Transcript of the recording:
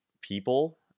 people